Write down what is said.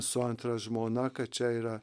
su antra žmona kad čia yra